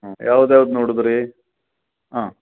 ಹಾಂ ಯಾವ್ದು ಯಾವ್ದು ನೋಡುದ್ರಿ ಹಾಂ